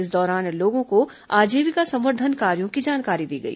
इस दौरान लोगों को आजीविका संवर्धन कार्यों की जानकारी दी गई